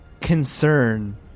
concern